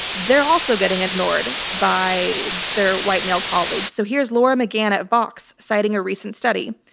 they're also getting ignored by their white male colleagues. so here's laura mcgann at vox citing a recent study,